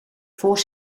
voor